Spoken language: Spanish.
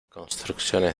construcciones